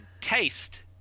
taste